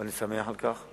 ואני שמח על כך,